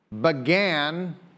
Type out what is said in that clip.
began